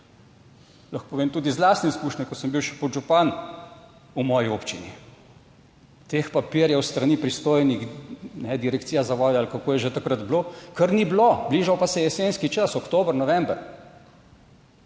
Lahko povem tudi iz lastne izkušnje, ko sem bil še podžupan v moji občini, teh papirjev s strani pristojnih, Direkcija za vode ali kako je že takrat bilo, kar ni bilo, bližal pa se je jesenski čas, oktober, november.